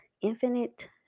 Infinite